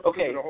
Okay